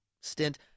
stint